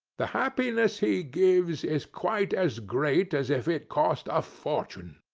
the happiness he gives, is quite as great as if it cost a fortune.